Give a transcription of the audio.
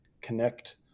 connect